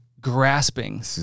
grasping